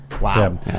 Wow